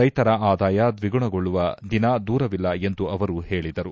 ರೈತರ ಆದಾಯ ದ್ವಿಗುಣಗೊಳ್ಳುವ ದಿನ ದೂರವಿಲ್ಲ ಎಂದು ಅವರು ಹೇಳಿದರು